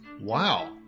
Wow